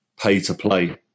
pay-to-play